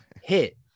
hit